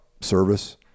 service